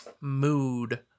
mood